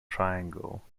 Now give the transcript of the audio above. triangle